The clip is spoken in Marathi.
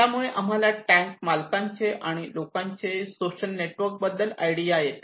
त्यामुळे आम्हाला टँक मालकांचे आणि लोकांचे सोशल नेटवर्क बद्दल आयडिया येते